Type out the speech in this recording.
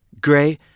Gray